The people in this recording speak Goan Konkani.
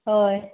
हय